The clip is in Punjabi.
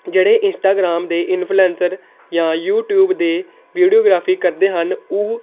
ਜਿਹੜੇ ਇੰਸਟਾਗ੍ਰਾਮ ਦੇ ਇੰਫਲਐਂਸਰ ਜਾਂ ਯੂਟਿਊਬ ਦੇ ਵੀਡੀਓਗ੍ਰਾਫੀ ਕਰਦੇ ਹਨ ਉਹ